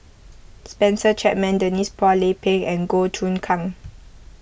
Spencer Chapman Denise Phua Lay Peng and Goh Choon Kang